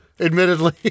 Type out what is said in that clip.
Admittedly